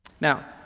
Now